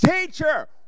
Teacher